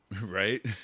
Right